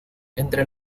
entre